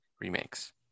remakes